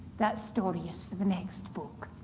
that story is for the next book.